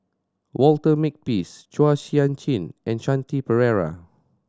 Walter Makepeace Chua Sian Chin and Shanti Pereira